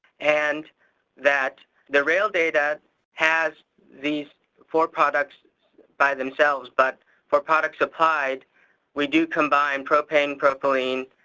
and that the rail data has these four products by themselves, but for products supplied we do combine propane, propylene,